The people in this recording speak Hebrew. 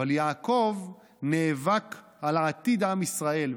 אבל יעקב נאבק על עתיד עם ישראל,